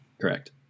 Correct